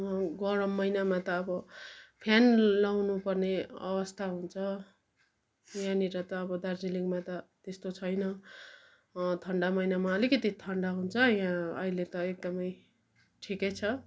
गरम महिनामा त अब फेन लाउनु पर्ने अवस्था हुन्छ यहाँनिर त अब दार्जिलिङमा त त्यस्तो छैन ठन्डा महिनामा अलिकिति ठन्डा हुन्छ यहाँ अहिले त एकदमै ठिकै छ